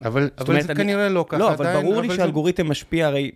אבל זה כנראה לא ככה. לא, אבל ברור לי שהאלגוריתם משפיע הרי...